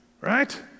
right